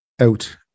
out